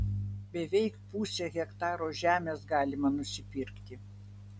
beveik pusę hektaro žemės galima nupirkti